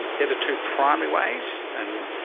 and they're the two primary ways. and